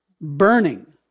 burning